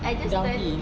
downhill